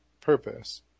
purpose